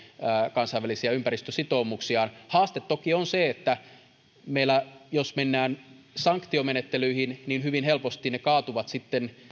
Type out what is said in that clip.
kansainvälisiä ympäristösitoumuksiaan haaste toki on se että jos meillä mennään sanktiomenettelyihin niin hyvin helposti ne kaatuvat sitten